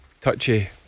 touchy